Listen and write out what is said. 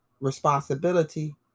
responsibility